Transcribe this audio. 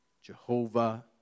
Jehovah